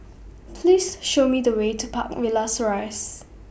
Please Show Me The Way to Park Villas Rise